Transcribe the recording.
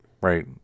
Right